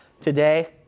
today